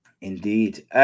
Indeed